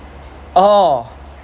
oh